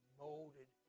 molded